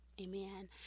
amen